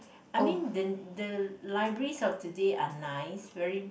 I mean the the libraries of today are nice very